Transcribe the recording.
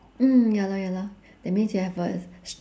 mm ya lor ya lor that means you have a s~